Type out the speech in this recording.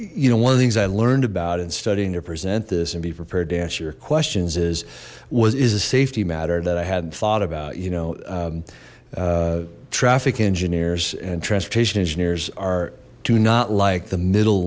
you know one of things i learned about and studying to present this and be prepared answer your questions is was is a safety matter that i hadn't thought about you know traffic engineers and transportation engineers are do not like the middle